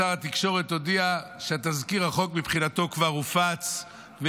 שר התקשורת הודיע שתזכיר החוק מבחינתו כבר הופץ,